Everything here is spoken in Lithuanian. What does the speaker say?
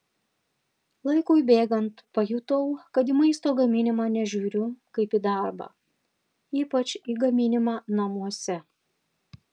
laikui bėgant pajutau kad į maisto gaminimą nežiūriu kaip į darbą ypač į gaminimą namuose